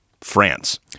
France